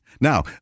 Now